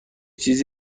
چیز